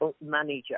manager